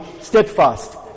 steadfast